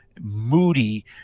moody